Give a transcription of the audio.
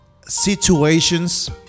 situations